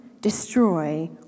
destroy